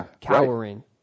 cowering